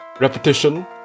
repetition